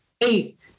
eight